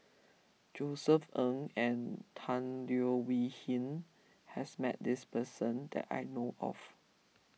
Josef Ng and Tan Leo Wee Hin has met this person that I know of